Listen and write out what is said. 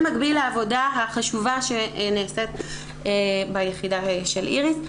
במקביל לעבודה החשובה שנעשית ביחידה של איריס.